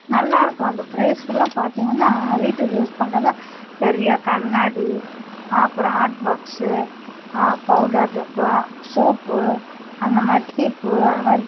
நல்லாயிருக்கும் அந்த ப்ரைஸ் ஃபுல்லாக பார்த்தீங்கன்னா வீட்டுக்கு யூஸ் பண்ணுறதா பெரிய கண்ணாடி அப்புறம் ஹாட் பாக்ஸு பவுடர் டப்பா சோப்பு அந்த மாதிரி சீப்பு அந்த மாதிரி